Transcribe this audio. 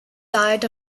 diet